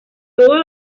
todos